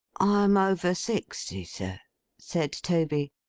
i'm over sixty, sir said toby.